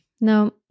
No